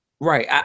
Right